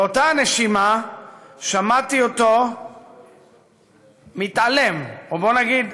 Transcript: באותה נשימה שמעתי אותו מתעלם, או בואו נגיד,